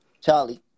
Charlie